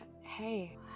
hey